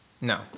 No